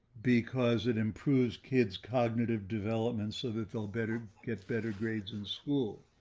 because it improves kids cognitive development, so they feel better get better grades in school,